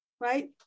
Right